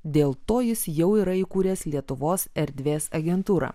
dėl to jis jau yra įkūręs lietuvos erdvės agentūrą